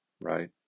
right